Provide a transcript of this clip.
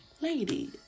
Lady